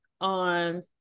on